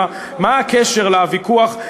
מה הקשר לוויכוח?